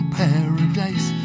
paradise